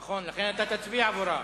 נכון, לכן אתה תצביע עבורה.